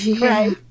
right